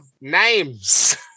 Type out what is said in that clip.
names